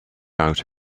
out